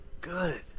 good